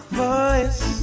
voice